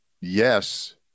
Yes